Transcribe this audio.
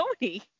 Tony